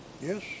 yes